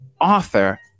author